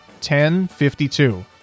1052